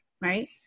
right